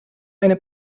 eine